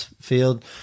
field